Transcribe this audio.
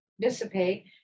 dissipate